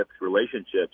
relationships